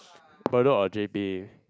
Bedok and JP